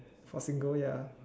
for single ya